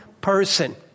person